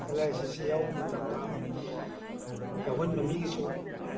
L I C ꯑꯁꯤ ꯌꯥꯎꯕ ꯃꯇꯝꯗ ꯌꯥꯎꯍꯟꯕ ꯃꯤꯒꯤꯁꯨ